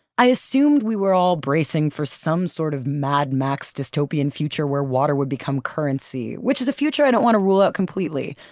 i assumed we were all bracing for some sort of mad max dystopian future where water would become currency. which is a future i don't want to rule out completely,